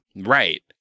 Right